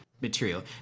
material